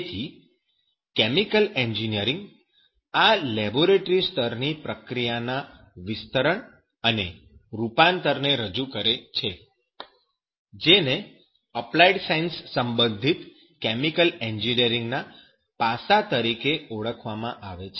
તેથી chemical engineering આ laboratory સ્તરની પ્રક્રિયાના વિસ્તરણ અને રૂપાંતરણ ને રજૂ કરે છે જેને અપ્લાઈડ સાયન્સ સંબંધિત કેમિકલ એન્જિનિયરીંગ ના પાસા તરીકે ઓળખવામાં આવે છે